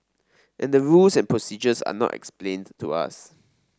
and the rules and procedures are not explained to us